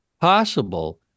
possible